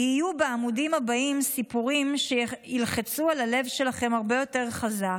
יהיו בעמודים הבאים סיפורים שילחצו על הלב שלכם הרבה יותר חזק,